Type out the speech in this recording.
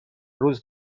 روز